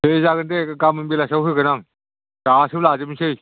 दे जागोन दे गामोन बेलासियाव होगोन आं गासिबो लाजोबनोसै